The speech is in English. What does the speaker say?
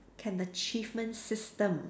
can achievement system